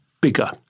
bigger